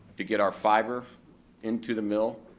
to get our fiber into the mill,